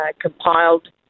compiled